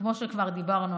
כמו שכבר אמרנו,